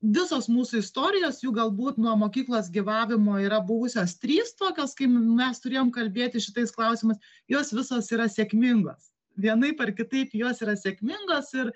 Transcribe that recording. visos mūsų istorijos jų galbūt nuo mokyklos gyvavimo yra buvusios trys tokios kaip mes turėjom kalbėti šitais klausimais jos visos yra sėkmingos vienaip ar kitaip jos yra sėkmingos ir